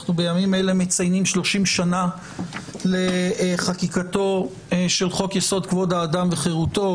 אנו בימים אלה מציינים 30 שנה לחקיקת חוק יסוד: כבוד האדם וחירותו,